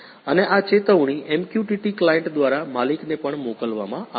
અને આ ચેતવણી MQTT ક્લાયંટ દ્વારા માલિકને પણ મોકલવામાં આવશે